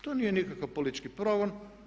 To nije nikakav politički progon.